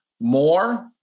more